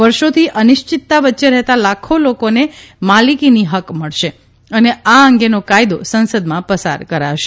વર્ષોથી અનિશ્ચિતતા વચ્ચે રહેતા લાખો લોકોને માલિકીની હક્ક મળશે અને આ અંગેનો કાયદો સંસદમાં પસાર કરાશે